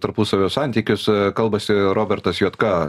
tarpusavio santykius kalbasi robertas juodka